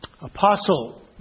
Apostle